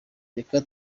reka